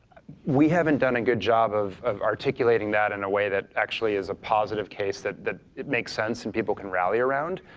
we haven't done a and good job of of articulating that in a way that actually is a positive case that that it make sense and people can rally around,